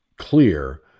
clear